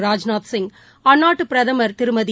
ராஜ்நாத் சிங் அந்நாட்டு பிரதமர் திருமதி